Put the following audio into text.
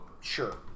Sure